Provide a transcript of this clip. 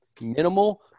minimal